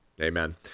Amen